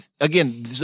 again